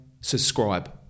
subscribe